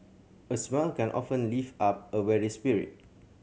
a smile can often lift up a weary spirit